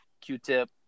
Q-Tip